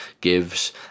gives